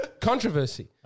Controversy